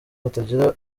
hatagira